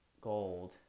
gold